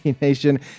Nation